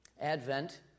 Advent